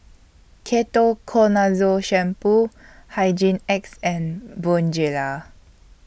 Ketoconazole Shampoo Hygin X and Bonjela